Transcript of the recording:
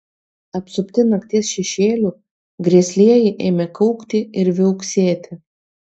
apsupti nakties šešėlių grėslieji ėmė kaukti ir viauksėti